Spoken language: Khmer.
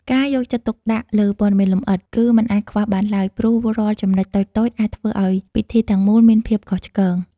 ការយកចិត្តទុកដាក់លើព័ត៌មានលម្អិត គឺមិនអាចខ្វះបានឡើយ ព្រោះរាល់ចំណុចតូចៗអាចធ្វើឱ្យពិធីទាំងមូលមានភាពខុសឆ្គង។